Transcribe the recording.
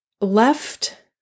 left